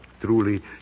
Truly